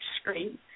screen